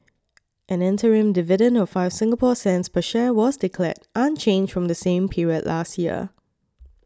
an interim dividend of five Singapore cents per share was declared unchanged from the same period last year